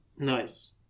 Nice